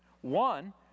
One